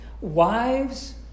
Wives